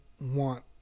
want